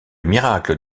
miracle